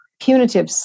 punitive